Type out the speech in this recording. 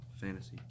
fantasy